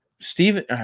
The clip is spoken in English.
Stephen